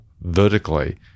vertically